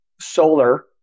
solar